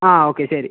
ആ ഓക്കെ ശരി